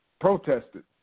protested